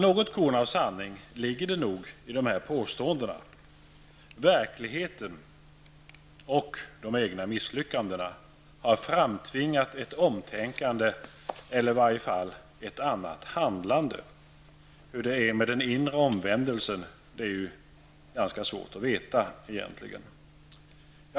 Något korn av sanning ligger det nog i dessa påståenden. Verkligheten, och de egna misslyckandena, har framtvingat ett omtänkande eller i varje fall ett annat handlande. Hur det är med den inre omvändelsen är ganska svårt att veta egentligen.